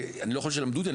אני לא יכול שילמדו אותי,